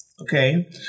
Okay